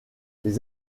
les